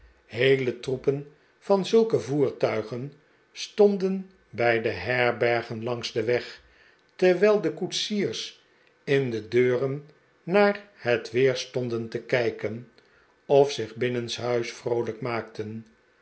heele troepen van zulke voertuigen stonden bij de herbergen langs den weg terwijl de koetsiers in de deuren naar het weer stonden te kijken of zich binnenshuis vroolijk maakten